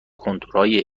کنتورهای